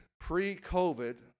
pre-COVID